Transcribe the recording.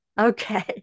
Okay